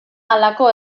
halako